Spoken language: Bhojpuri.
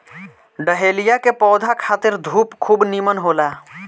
डहेलिया के पौधा खातिर धूप खूब निमन होला